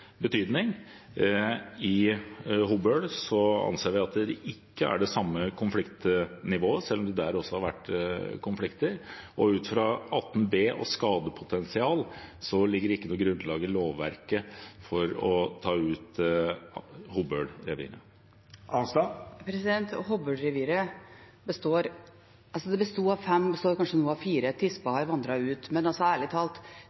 det samme konfliktnivået, selv om det der også har vært konflikter, og ut fra § 18 b og skadepotensial ligger det ikke noe grunnlag i lovverket for å ta ut Hobøl-reviret. Hobøl-reviret besto av fem ulver – det består nå kanskje av fire, tispa har vandret ut. Men ærlig talt, det er